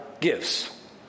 gives